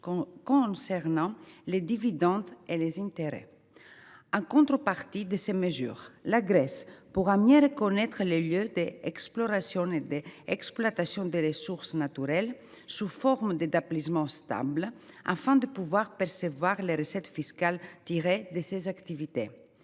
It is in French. source pour les dividendes et les intérêts. En contrepartie de ces mesures, la Grèce pourra mieux reconnaître les lieux d’exploration et d’exploitation des ressources naturelles sous la forme d’établissements stables, afin de percevoir les recettes fiscales tirées de ces activités.